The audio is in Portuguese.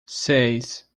seis